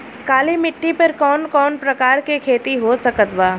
काली मिट्टी पर कौन कौन प्रकार के खेती हो सकत बा?